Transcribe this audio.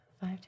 Five